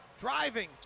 Driving